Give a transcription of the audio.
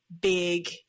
big